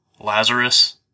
Lazarus